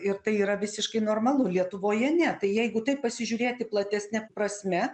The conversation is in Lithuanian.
ir tai yra visiškai normalu lietuvoje ne tai jeigu taip pasižiūrėti platesne prasme